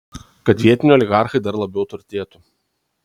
kad vietiniai oligarchai dar labiau turtėtų